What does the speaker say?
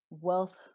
wealth